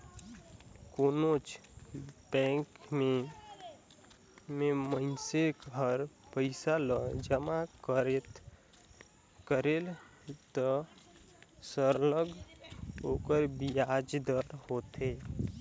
कोनोच बंेक में मइनसे हर पइसा ल जमा करेल त सरलग ओकर बियाज दर होथे